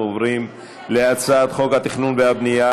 אנחנו עוברים להצעת חוק התכנון והבנייה